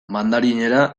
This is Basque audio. mandarinera